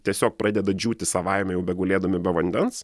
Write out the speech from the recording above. tiesiog pradeda džiūti savaime jau begulėdami be vandens